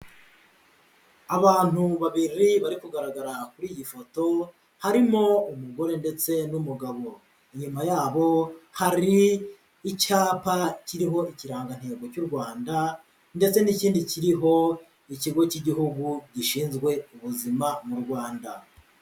Abantu babiri bari kugaragara kuri iyi foto, harimo umugore ndetse n'umugabo. Inyuma yabo hari icyapa kiriho Ikirangantego cy'u Rwanda ndetse n'ikindi kiriho Ikigo cy'Igihugu gishinzwe Ubuzima mu Rwanda.